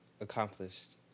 accomplished